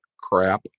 crap